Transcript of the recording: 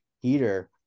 heater